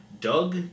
Doug